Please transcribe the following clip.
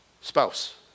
spouse